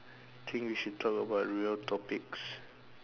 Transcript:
think we should talk about real topics